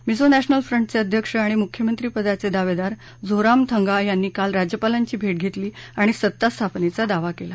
Mizo national फ्रंटचे अध्यक्ष आणि मुख्यमंत्री पदाचे दावेदार झोरामथंगा यांनी काल राज्यपालांची भेट घेतली आणि सत्ता स्थापनेचा दावा केला